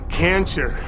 cancer